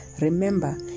Remember